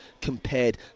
compared